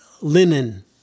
linen